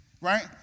right